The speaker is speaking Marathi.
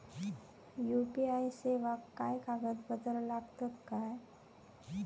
यू.पी.आय सेवाक काय कागदपत्र लागतत काय?